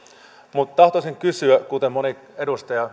mutta tahtoisin kysyä kuten myös moni edustaja